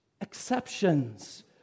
exceptions